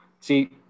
See